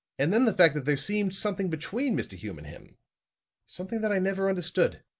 and then the fact that there seemed something between mr. hume and him something that i never understood.